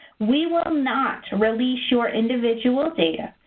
we will not release your individual data.